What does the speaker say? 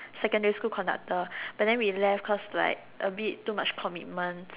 secondary school conductor but then we left cause like a bit too much commitment